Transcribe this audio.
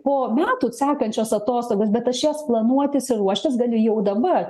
po metų sekančios atostogos bet aš jas planuotis ir ruoštis galiu jau dabar